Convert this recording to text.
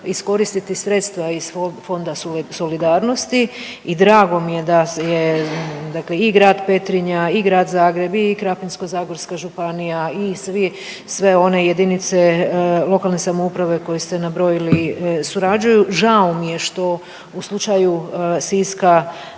iskoristiti sredstva iz Fonda solidarnosti i drago mi je da je dakle i grad Petrinja i Grad Zagreb i Krapinsko-zagorska županija i svi, sve one jedinice lokalne samouprave koje ste nabrojili surađuju. Žao mi je što u slučaju Siska